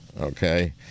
okay